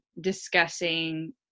discussing